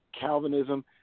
Calvinism